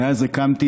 מאז הקמתי,